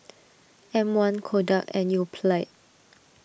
M one Kodak and Yoplait